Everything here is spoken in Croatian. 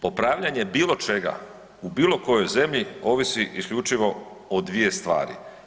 Popravljanje bilo čega u bilo kojoj zemlji ovisi isključivo o dvije stvari.